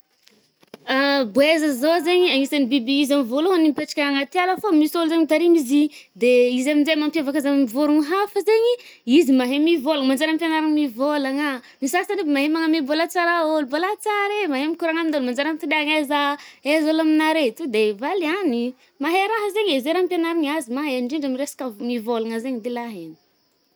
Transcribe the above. Boeza zao zaigny agnisan’ny biby izy amy vôlohany mipetraka agnaty ala fô misy ôlo mitarimy izy i. De izy amin'jay mampiavaka azy amy vôrogno hafa zaigny, izy mahay mivôlagna, manjary ampianarigny mivolagnà, ny sasany aby mahay magnano hoe mbôla tsara ôlo “mbôla tsara e”, mahay mikoragna amin'ôlo, manjary ampitiliàgna aiza aiza ôlo aminare to de valiàny, mahay raha zaigny e. zay raha hampianarigna azy mahay, indrindra amy resaka vo-mivôlagna zaigny dila haigny.